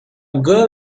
girl